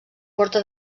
porta